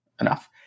enough